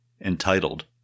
entitled